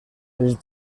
els